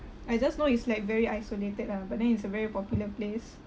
I just know is like very isolated lah but then it's a very popular place